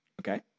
Okay